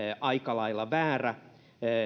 aika lailla väärä